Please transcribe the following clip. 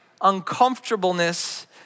uncomfortableness